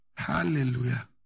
Hallelujah